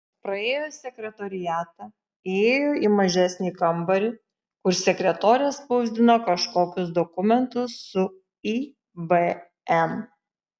praėjo sekretoriatą įėjo į mažesnį kambarį kur sekretorė spausdino kažkokius dokumentus su ibm